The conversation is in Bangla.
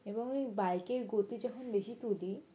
এবং এই বাইকের গতি যখন বেশি তুলি